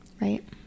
right